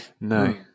no